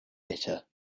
bitter